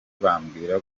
bambwira